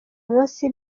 munsi